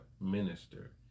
minister